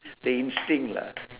the instinct lah